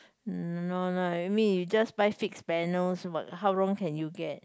no no lah I mean you just buy fixed panels but how wrong can you get